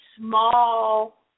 small